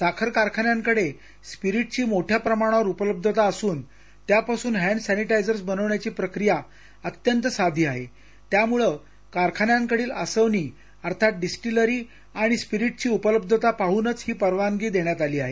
साखर कारखान्यांकडे स्पिरिटची मोठ्या प्रमाणावर उपलब्धता असून त्यापासून हव्डि समिटायझर बनवण्याची प्रक्रिया अत्यंत साधी आहे त्यामुळं कारखान्यांकडील आसवनी अर्थात डिस्टिलरी आणि स्पिरिटची उपलब्धता पाहन ही परवानगी देण्यात आली आहे